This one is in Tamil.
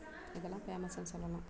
இதெல்லாம் ஃபேமஸ்ன்னு சொல்லலாம்